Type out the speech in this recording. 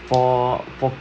for for